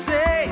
Say